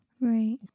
Right